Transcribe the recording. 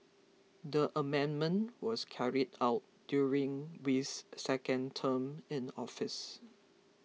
the amendment was carried out during Wee's second term in office